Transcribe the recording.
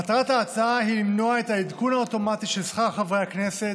מטרת ההצעה היא למנוע את העדכון האוטומטי של שכר חברי הכנסת,